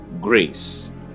grace